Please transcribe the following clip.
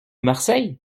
marseille